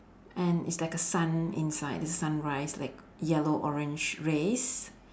and it's like a sun inside the sunrise like yellow orange rays